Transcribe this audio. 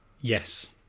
Yes